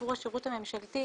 זה,